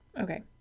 Okay